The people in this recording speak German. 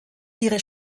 ihre